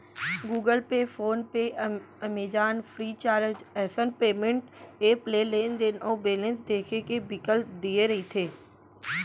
Google pay, phone pay, Amazon, free charge असन payment app ले लेनदेन अउ बेलेंस देखे के बिकल्प दिये रथे